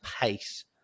pace